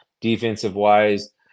defensive-wise